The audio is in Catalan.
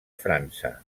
frança